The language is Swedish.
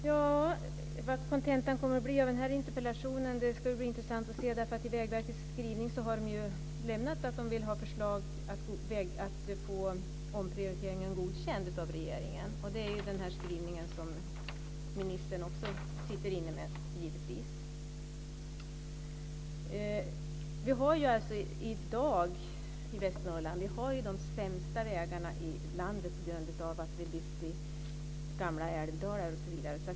Fru talman! Vad kontentan av den här interpellationsdebatten blir ska det bli intressant att se. I Vägverkets skrivelse har de sagt att de vill få omprioriteringen godkänd av regeringen. Det är den skrivning som ministern givetvis också sitter inne med. Vi i Västernorrland har i dag de sämsta vägarna i landet, på grund av att vägar har byggts i gamla älvdalar osv.